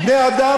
בני אדם,